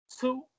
Two